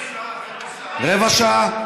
רבע שעה.